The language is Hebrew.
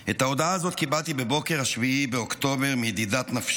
את ההודעה הזאת קיבלתי בבוקר 7 באוקטובר מידידת נפשי